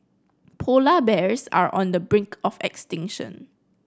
polar bears are on the brink of extinction